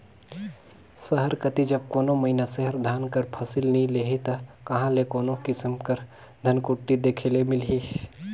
सहर कती जब कोनो मइनसे हर धान कर फसिल नी लेही ता कहां ले कोनो किसिम कर धनकुट्टी देखे ले मिलही